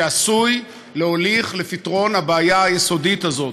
שעשוי להוליך לפתרון הבעיה היסודית הזאת.